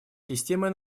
системы